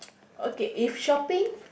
okay if shopping